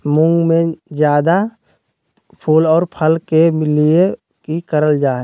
मुंग में जायदा फूल और फल के लिए की करल जाय?